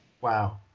wow